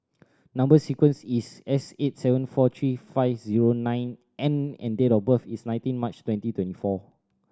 number sequence is S eight seven four three five zero nine N and date of birth is nineteen March twenty twenty four